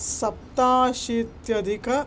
सप्ताशीत्यधिकः